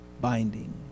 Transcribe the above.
binding